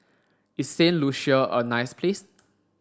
is Saint Lucia a nice place